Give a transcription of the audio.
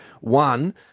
One